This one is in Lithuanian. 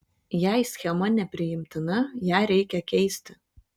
jei schema nepriimtina ją reikia keisti